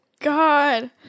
God